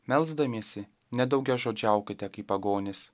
melsdamiesi nedaugiažodžiaukite kaip pagonys